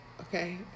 okay